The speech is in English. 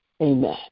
amen